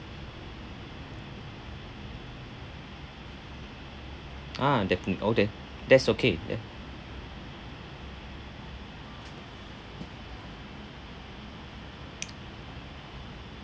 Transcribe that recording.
ah defi~ oh then that's okay ya